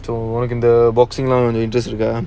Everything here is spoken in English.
so உனக்குஇந்த:unaku indha boxing லாம்:laam interest இருக்கா:irukka